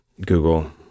google